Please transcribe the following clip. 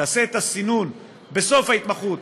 תעשה את הסינון בסוף ההתמחות,